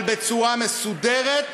אבל בצורה מסודרת,